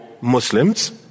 Muslims